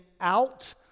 out